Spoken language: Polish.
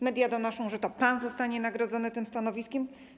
Media donoszą, że to pan zostanie nagrodzony tym stanowiskiem.